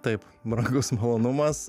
taip brangus malonumas